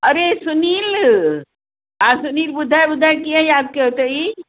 अरे सुनील हा सुनील ॿुधाइ ॿुधाइ कीअं यादि कयो अथई